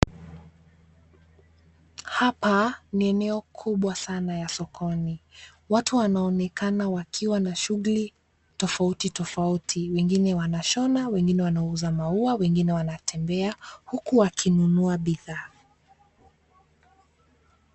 Hapa ni eneo kubwa sana ya sokoni. Watu wanaonekana wakiwa na shughuli tofauti tofauti, wengine wanashona, wengine wanauza maua, wengine wanatembea , huku wakinunua bidhaa.